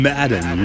Madden